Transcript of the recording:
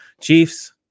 Chiefs